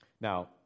Now